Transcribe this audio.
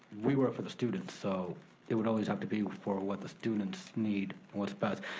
we work for the students, so it would always have to be for what the students need and what's best.